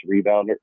rebounder